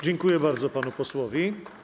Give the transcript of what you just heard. Dziękuję bardzo panu posłowi.